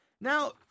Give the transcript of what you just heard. Now